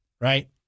right